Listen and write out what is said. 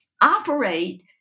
operate